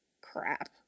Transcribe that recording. crap